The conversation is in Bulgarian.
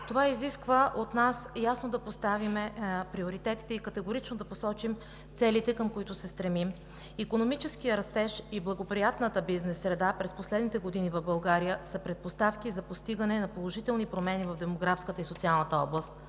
Това изисква от нас ясно да поставим приоритетите и категорично да посочим целите, към които се стремим. Икономическият растеж и благоприятната бизнес среда през последните години в България са предпоставки за постигане на положителни промени в демографската и социалната област.